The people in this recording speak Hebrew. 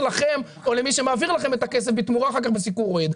לכם או למי שמעביר לכם את הכסף בתמורה אחר כך בסיקור אוהד.